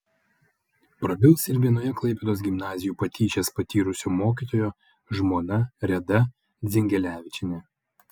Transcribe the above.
prabils ir vienoje klaipėdos gimnazijų patyčias patyrusio mokytojo žmona reda dzingelevičienė